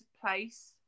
place